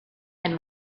and